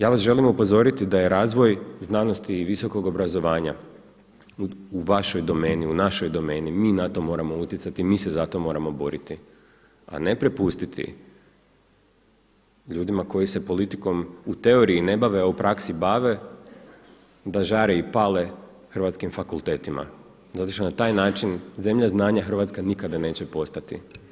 Ja vas želim upozoriti da je razvoj znanosti i visokog obrazovanja u vašoj domeni, u našoj domeni, mi na to moramo utjecati, mi se moramo za to boriti, a ne prepustiti ljudima koji se politikom u teoriji ne bave, a u praksi bave, da žare i pale hrvatskim fakultetima zato što na taj način zemlja znanja Hrvatska nikada neće postati.